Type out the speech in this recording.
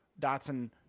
Datsun